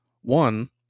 one